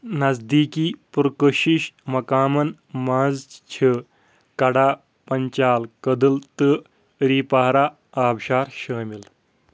نزدیٖکی پُرکٔشِش مقامن منٛز چھِ کڈا پنچال کدٕل تہٕ اریپارہ آبشار شٲمِل